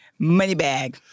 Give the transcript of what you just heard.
Moneybag